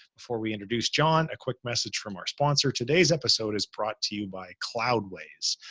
before we introduce john, a quick message from our sponsor. today's episode is brought to you by cloudways.